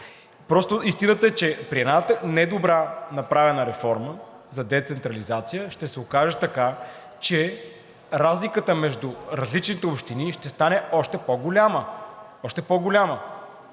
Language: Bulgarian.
София. Истината е, че при една недобре направена реформа за децентрализация ще се окаже така, че разликата между различните общини ще стане още по-голяма.